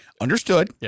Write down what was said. understood